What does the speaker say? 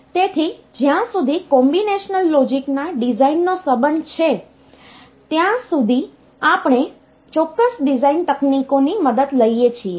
તેથી જ્યાં સુધી કોમ્બિનેશનલ Combinational લોજિક ના ડિઝાઈન નો સંબંધ છે ત્યાં સુધી આપણે ચોક્કસ ડિઝાઇન તકનીકો ની મદદ લઈએ છીએ